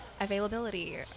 Availability